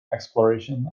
exploration